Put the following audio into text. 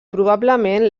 probablement